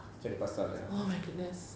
cari pasal ya